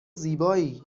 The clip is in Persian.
زیبایی